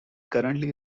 currently